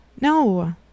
No